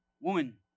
Woman